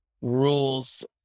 Rules